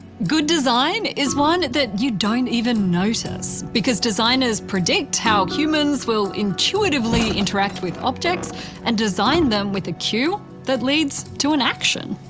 good design is one that you don't even notice. because designers predict how humans intuitively interact with objects and design them with a cue that leads to an action.